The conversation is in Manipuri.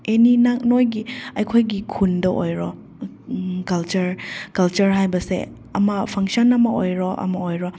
ꯑꯦꯅꯤ ꯅꯪ ꯅꯣꯏꯒꯤ ꯑꯩꯈꯣꯏꯒꯤ ꯈꯨꯟꯗ ꯑꯣꯏꯔꯣ ꯀꯜꯆꯔ ꯀꯜꯆꯔ ꯍꯥꯏꯕꯁꯦ ꯑꯃ ꯐꯪꯁꯟ ꯑꯃ ꯑꯣꯏꯔꯣ ꯑꯃ ꯑꯣꯏꯔꯣ